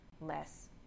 less